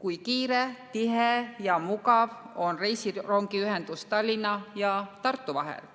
Kui kiire, tihe ja mugav on reisirongiühendus Tallinna ja Tartu vahel?